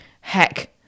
heck